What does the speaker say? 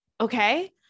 Okay